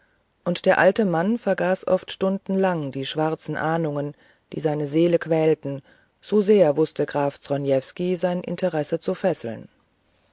und der alte mann vergaß oft stundenlang die schwarzen ahnungen die seine seele quälten so sehr wußte graf zronievsky sein interesse zu fesseln